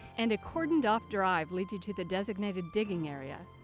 and a cordoned off drive leads you to the designated digging area.